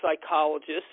psychologists